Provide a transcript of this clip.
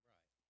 Right